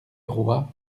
roi